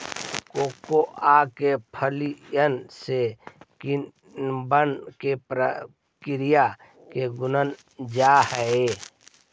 cocoa के फलियन के किण्वन के प्रक्रिया से गुजारल जा हई